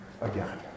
Again